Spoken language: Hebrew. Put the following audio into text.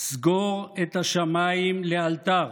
סגור את השמיים לאלתר